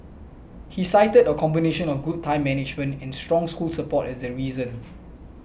he cited a combination of good time management and strong school support as the reason